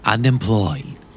Unemployed